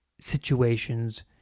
situations